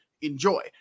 enjoy